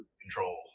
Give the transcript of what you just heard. control